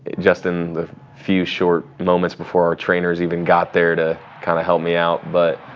just in the few short moments before our trainers even got there to kind of help me out. but